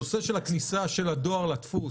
נושא הכניסה של הדואר לדפוס,